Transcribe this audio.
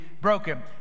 broken